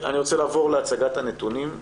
אני רוצה לעבור להצגת הנתונים.